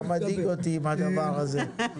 אתה מדאיג אותי עם הדבר הזה.